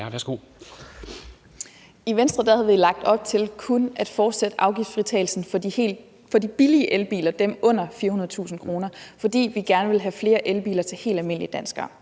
I Venstre havde vi lagt op til kun at fortsætte afgiftsfritagelsen for de billige elbiler, altså dem under 400.000 kr., fordi vi gerne ville have flere elbiler til helt almindelige danskere.